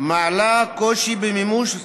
מעלה קושי במימוש,